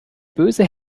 böse